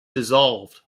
dissolved